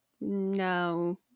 no